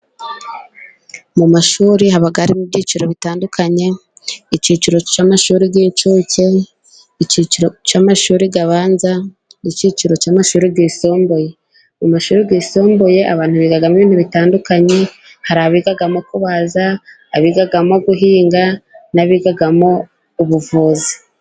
Mu mashuri, haba harimo ibyiciro bitandukanye: icyiciro cy’amashuri y’incuke, icyiciro cy’amashuri abanza, n’icyiciro cy’amashuri yisumbuye. Mu mashuri yisumbuye, abantu bigamo ibintu bitandukanye. Hari abigamo kubaza, abigamo guhinga, n’abigamo ubuvuzi.